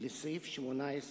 לסעיף 18